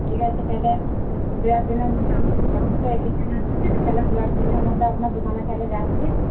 ঠিক আছে তাহলে দু একদিনের মধ্যে আমাদের পরবও তো এগিয়ে চলে এসেছে তাহলে দু একদিনের মধ্যে আপনার দোকানে তাহলে যাচ্ছি